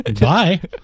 Bye